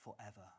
forever